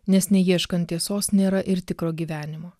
nes neieškant tiesos nėra ir tikro gyvenimo